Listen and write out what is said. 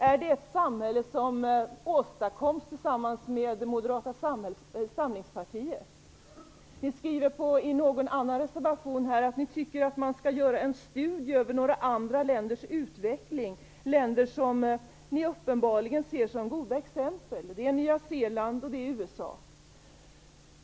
Är det ett samhälle som man åstadkommer tillsammans med Moderata samlingspartiet? Ni skriver i någon annan reservation att ni tycker att man skall göra en studie över några andra länders utveckling, länder som ni uppenbarligen ser som goda exempel. Det är Nya Zeeland och USA.